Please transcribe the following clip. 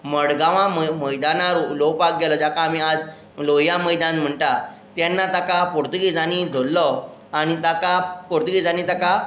मडगांवां मय मैदानार उलोवपाक गेलो जाका आमी आज लोहिया मैदान म्हणटा तेन्ना ताका पोर्तुगेजांनी धरलो आनी ताका पोर्तुगेजांनी ताका